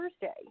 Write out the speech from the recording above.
thursday